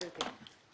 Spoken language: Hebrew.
גברתי.